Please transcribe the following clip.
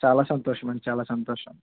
చాలా సంతోషమండి చాలా సంతోషం